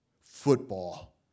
football